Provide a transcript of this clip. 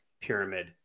pyramid